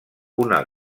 una